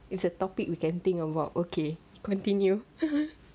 it's a topic you can think about okay continue